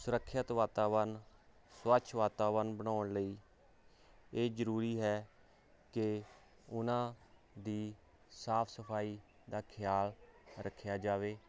ਸੁਰੱਖਿਅਤ ਵਾਤਾਵਰਨ ਸਵੱਛ ਵਾਤਾਵਰਨ ਬਣਾਉਣ ਲਈ ਇਹ ਜ਼ਰੂਰੀ ਹੈ ਕਿ ਉਹਨਾਂ ਦੀ ਸਾਫ ਸਫਾਈ ਦਾ ਖਿਆਲ ਰੱਖਿਆ ਜਾਵੇ